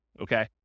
okay